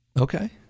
Okay